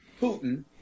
Putin